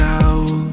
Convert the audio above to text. out